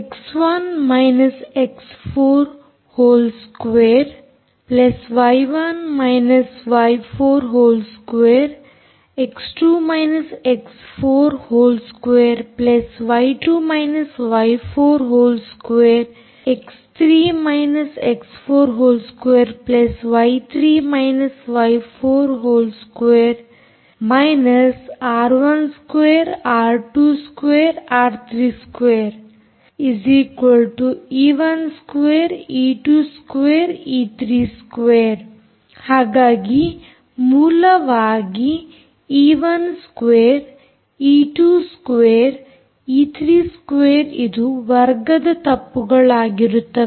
x one X4 2 y one ವೈ4 2 X2 X4 2 y two ವೈ4 2 X3 X4 2 ವೈ3 ವೈ4 2 R one 2 R two 2 ಆರ್3 2 E 2 E 2 E 2 ಹಾಗಾಗಿ ಮೂಲವಾಗಿ E 2 E 2 E 2 ಇದು ವರ್ಗದ ತಪ್ಪುಗಳು ಆಗಿರುತ್ತದೆ